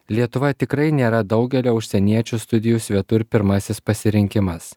lietuva tikrai nėra daugelio užsieniečių studijų svetur pirmasis pasirinkimas